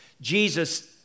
Jesus